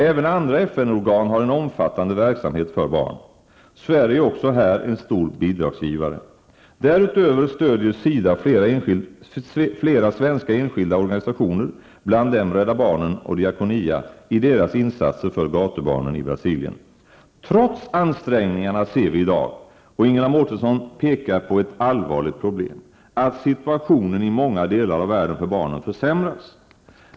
Även andra FN-organ har en omfattande verksamhet för barn. Sverige är också här en stor bidragsgivare. Därutöver stödjer SIDA flera svenska enskilda organisationer, bland dem Rädda barnen och Trots ansträngningarna ser vi i dag -- Ingela Mårtensson pekar på ett allvarligt problem -- att situationen i många delar av världen för barnen försämras.